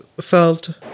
felt